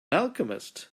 alchemist